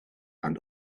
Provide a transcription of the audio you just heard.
and